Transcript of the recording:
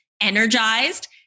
energized